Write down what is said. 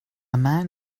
man